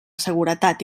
seguretat